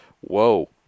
whoa